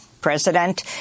President